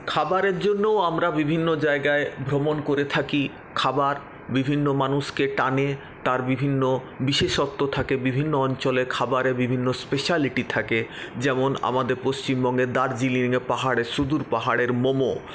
খাবারের জন্য আমরা বিভিন্ন জায়গায় ভ্রমণ করে থাকি খাবার বিভিন্ন মানুষকে টানে তার বিভিন্ন বিশেষত্ব থাকে বিভিন্ন অঞ্চলের খাবারে বিভিন্ন স্পেশালিটি থাকে যেমন আমাদের পচিমবঙ্গের দার্জিলিংয়ে পাহাড়ের সুদূর পাহাড়ের মোমো